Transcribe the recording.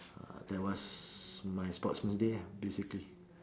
that was my sportsman's day lah basically